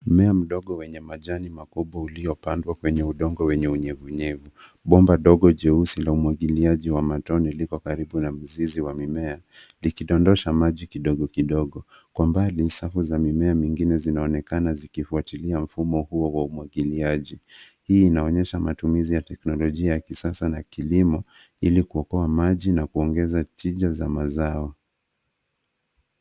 Mmea mdogo wenye majani makubwa uliopandwa kwenye udongo wenye unyevunyevu. Bomba dogo jeupe jeusi la umwagiliaji wa matone liko karibu na mzizi wa mimea likidondosha tone ya maji kidogo kidogo kwa mbali safu za mimea mingine zinaonekana zikifuatilia mfumo huo wa umwagiliaji. Hii inaonyesha matumizi ya teknolojia ya kisasa na kilimo ili kuokoa maji na kuongeza tija za mazao.